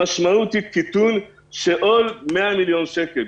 המשמעות היא קיטון של עוד 100 מיליון שקל.